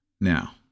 Now